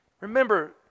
remember